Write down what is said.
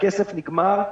הכסף נגמר.